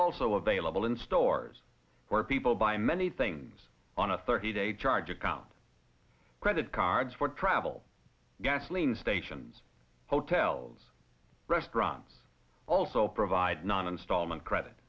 also available in stores where people buy many things on a thirty day charge account credit cards for travel gasoline stations hotels restaurants also provide non installment credit